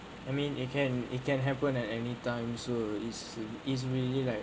I mean it can it can happen at anytime so is is really like